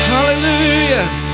Hallelujah